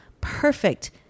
perfect